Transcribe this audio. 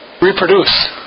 Reproduce